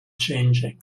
changing